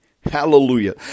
Hallelujah